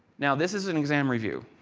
now, this is an exam review.